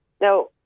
Now